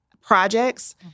projects